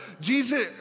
Jesus